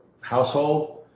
household